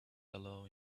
below